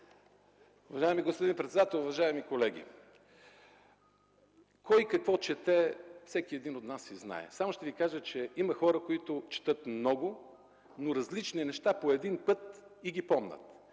Уважаеми господин председател, уважаеми колеги! Кой какво чете – всеки един от нас си знае! Само ще Ви кажа, че има хора, които четат много, но различни неща по един път и ги помнят.